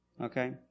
okay